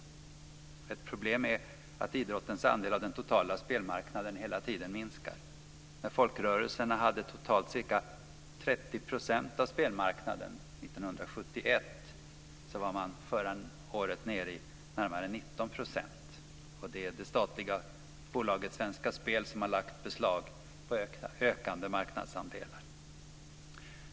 Ett problem är att idrottens andel av den totala spelmarknaden hela tiden minskar. När folkrörelserna hade totalt ca 30 % av spelmarknaden 1971 var man förra året ned i närmare 19 %. Det är det statliga bolaget Svenska Spel som har lagt beslag på ett ökat antal marknadsandelar.